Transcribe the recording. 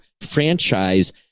franchise